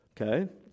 Okay